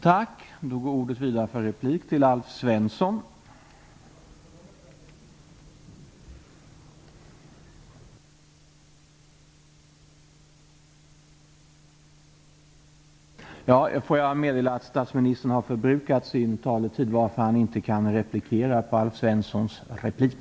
Jag får meddela att statsministern har förbrukat sin taletid, varför han inte kan replikera på Alf Svenssons nästa replik.